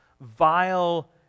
vile